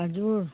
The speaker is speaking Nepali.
हजुर